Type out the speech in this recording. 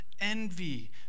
envy